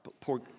poor